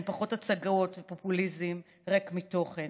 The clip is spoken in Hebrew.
עם פחות הצגות ופופוליזם ריק מתוכן,